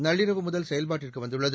நள்ளிரவு முதல் செயல்பாட்டுக்கு வந்துள்ளது